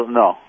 no